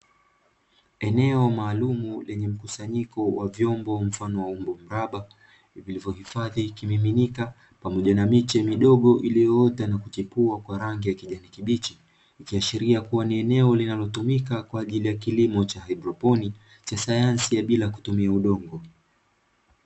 Eneo maalumu lenye mkusanyiko wa vyombo mfano wa umbo mraba vilivyohifadhi kimiminika, pamoja na miche midogo iliyoota na kuchipua kwa rangi ya kijani kibichi ikiashiria kua ni eneo linalotumika kwa ajili ya kilimo cha haidroponi cha sayansi ya bila kutumia udongo.